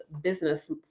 business